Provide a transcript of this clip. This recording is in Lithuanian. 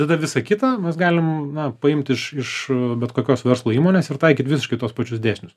tada visa kita mes galim na paimt iš bet kokios verslo įmonės ir taikyt visiškai tuos pačius dėsnius